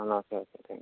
ആ ഓക്കെ ആ താങ്ക്യൂ